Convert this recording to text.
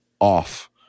Off